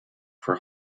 for